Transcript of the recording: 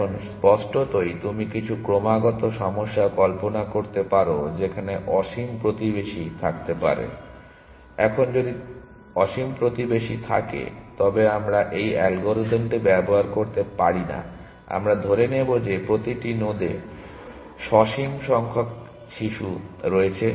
এখন স্পষ্টতই তুমি কিছু ক্রমাগত সমস্যা কল্পনা করতে পারো যেখানে অসীম প্রতিবেশী থাকতে পারে এখন যদি অসীম প্রতিবেশী থাকে তবে আমরা এই অ্যালগরিদমটি ব্যবহার করতে পারি না আমরা ধরে নেব যে প্রতিটি নোডে সসীম সংখ্যক শিশু রয়েছে